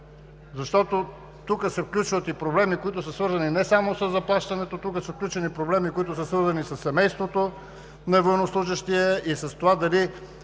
Тук се включват проблеми, които са свързани не само със заплащането, а тук са включени и проблеми, които са свързани със семейството на военнослужещия и с това дали